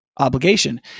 obligation